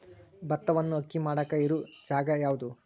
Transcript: ಭತ್ತವನ್ನು ಅಕ್ಕಿ ಮಾಡಾಕ ಇರು ಜಾಗ ಯಾವುದು?